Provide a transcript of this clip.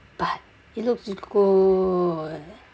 but it looks good